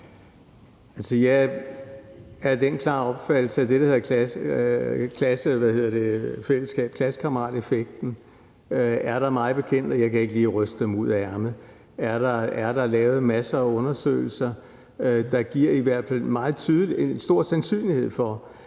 at i forhold til det, der hedder klassekammerateffekten, er der mig bekendt – og jeg kan ikke lige ryste dem ud af ærmet – lavet masser af undersøgelser, der giver i hvert fald en meget stor sandsynlighed for,